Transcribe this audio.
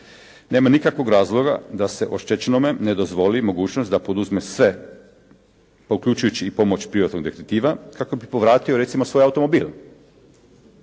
Nema nikakvog razloga da se oštećenome ne dozvoli mogućnost da poduzme sve, uključujući i pomoć privatnog detektiva kako bi povratio recimo svoj automobil,